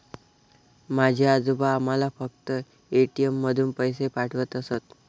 माझे आजोबा आम्हाला फक्त ए.टी.एम मधून पैसे पाठवत असत